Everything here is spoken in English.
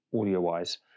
audio-wise